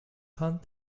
hunt